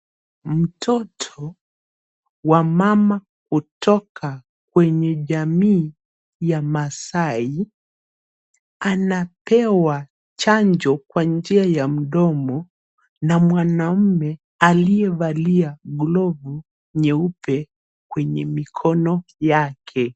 Mtoto wa mama hutoka kwenye jamii ya Maasai, anapewa chanjo kwa njia ya mdomo na mwanamume aliyevalia glovu nyeupe kwenye mikono yake.